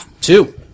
two